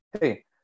Hey